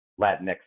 Latinx